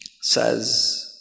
Says